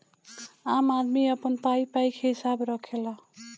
आम आदमी अपन पाई पाई के हिसाब रखेला